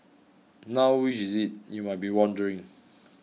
now which is it you might be wondering